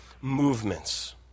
movements